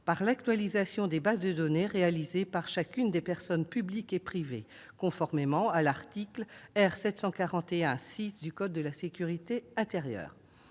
par l'actualisation des bases de données réalisée par chacune des personnes publiques et privées, conformément à l'article R. 741-6 du code de la sécurité intérieure.